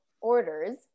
orders